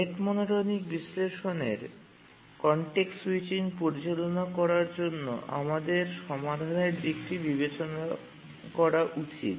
rate monotonic বিশ্লেষণের context switching পরিচালনা করার জন্য আমাদের সমাধানের দিকটি বিবেচনা করা উচিত